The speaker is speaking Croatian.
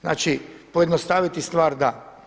Znači pojednostaviti stvar da.